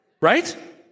Right